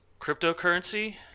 cryptocurrency